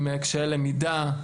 עם קשיי למידה,